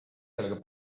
sellega